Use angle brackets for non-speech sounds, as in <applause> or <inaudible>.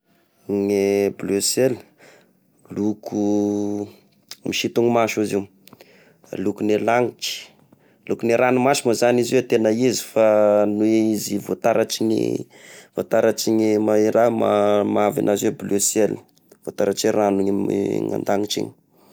Ny bleu ciel loko <noise> misinto maso izy io, lokon'ny lanitry lokony ranomasy moa zany izy io a tegna izy fa noho izy voataratry ny voataratry ny ma- i raha ma-mahavy angazy io bleu ciel, voataratry ragno ny an-danitra iny. <noise>